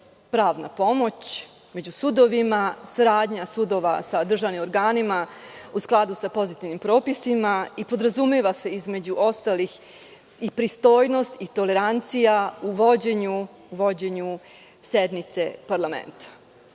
pravna pomoć među sudovima, saradnja sudova sa državnim organima u skladu sa pozitivnim propisima i podrazumeva se između ostalih pristojnost i tolerancija u vođenju sednice parlamenta. Gospodine